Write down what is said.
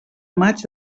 maig